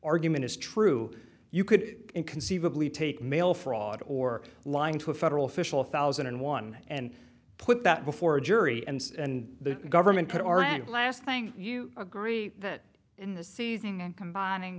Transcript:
argument is true you could conceivably take mail fraud or lying to a federal official thousand and one and put that before a jury and the government put our last thing you agree that in the seizing and combining